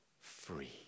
free